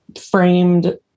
framed